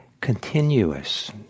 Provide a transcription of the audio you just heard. continuous